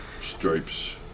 Stripes